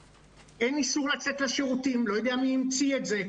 אין איסור לצאת לשירותים, לא יודע מי המציא את זה.